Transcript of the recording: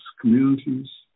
communities